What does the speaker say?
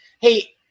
Hey